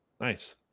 Nice